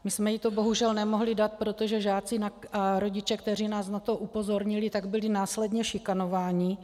My jsme jí to bohužel nemohli dát, protože žáci a rodiče, kteří nás na to upozornili, byli následně šikanováni.